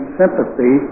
sympathy